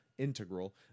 integral